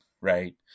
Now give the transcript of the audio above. right